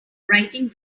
writing